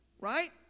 right